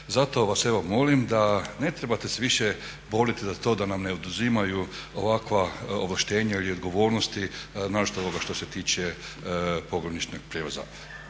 Zato vas evo molim da ne trebate se više boriti za to da nam ne oduzimaju ovakva ovlaštenja ili odgovornosti naročito ovoga što se tiče pogrebničkog prijevoza.